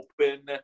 open